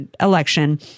election